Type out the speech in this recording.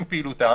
מעצם פעילותה